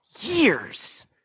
years